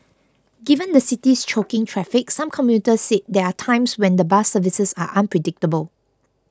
given the city's choking traffic some commuters said there are times when the bus services are unpredictable